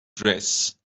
dress